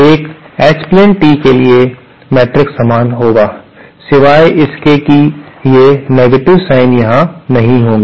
एक H plane T के लिए मैट्रिक्स समान होगा सिवाय इसके कि ये नेगेटिव साइन यहां नहीं होंगे